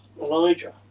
Elijah